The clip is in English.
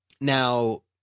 Now